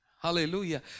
Hallelujah